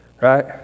right